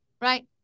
right